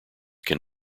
can